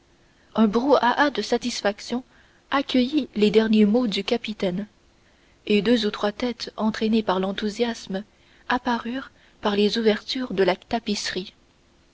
un brouhaha de satisfaction accueillit les derniers mots du capitaine et deux ou trois têtes entraînées par l'enthousiasme apparurent par les ouvertures de la tapisserie